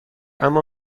اما